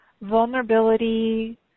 vulnerability